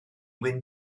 wyn